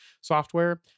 software